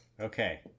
Okay